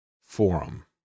Forum